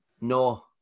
No